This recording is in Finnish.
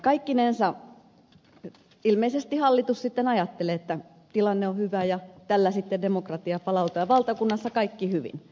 kaikkinensa ilmeisesti hallitus sitten ajattelee että tilanne on hyvä ja tällä sitten demokratia palautetaan ja valtakunnassa kaikki hyvin